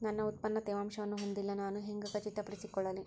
ನನ್ನ ಉತ್ಪನ್ನ ತೇವಾಂಶವನ್ನು ಹೊಂದಿಲ್ಲಾ ನಾನು ಹೆಂಗ್ ಖಚಿತಪಡಿಸಿಕೊಳ್ಳಲಿ?